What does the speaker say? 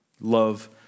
Love